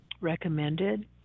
recommended